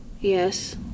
Yes